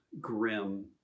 grim